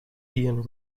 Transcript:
ian